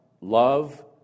love